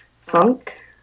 funk